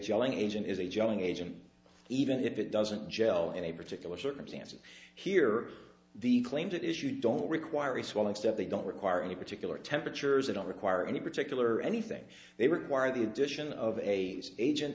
jelling agent is a jelling agent even if it doesn't gel in a particular circumstance here the claimed it is you don't require a swelling step they don't require any particular temperatures they don't require any particular anything they require the addition of a agent